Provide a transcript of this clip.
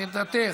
מוותר,